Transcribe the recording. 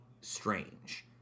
strange